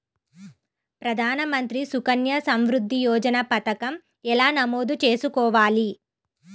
ప్రధాన మంత్రి సుకన్య సంవృద్ధి యోజన పథకం ఎలా నమోదు చేసుకోవాలీ?